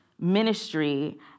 ministry